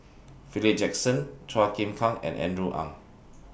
Philip Jackson Chua Chim Kang and Andrew Ang